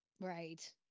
right